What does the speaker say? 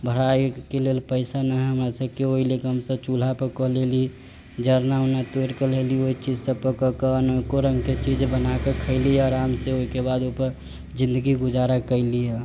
भराबे के लेल पैसा नहि है हमरा सबके ओहि लैके हमसब चूल्हा पर कऽ लेली जरना उरना तोरि के लैली ओहि चीज सब पर कऽ के अनेको रंग के चीज बनाके खयली आराम से ओहिके बाद ओहि पे जिंदगी गुजारा कयली हँ